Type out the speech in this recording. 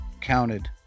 counted